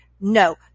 No